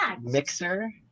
mixer